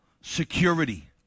security